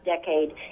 decade